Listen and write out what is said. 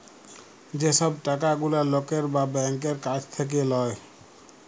যে সব টাকা গুলা লকের বা ব্যাংকের কাছ থাক্যে লায়